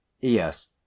yes